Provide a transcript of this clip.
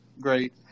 Great